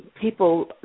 People